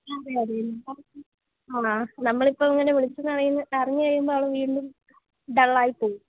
അതെ അതെ അ നമ്മൾ ഇപ്പോൾ ഇങ്ങനെ വിളിച്ചു എന്ന് അറിഞ്ഞു കഴിയുമ്പോൾ അവൾ വീണ്ടും ഡള്ളായി പോവും